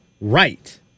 right